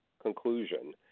conclusion